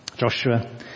Joshua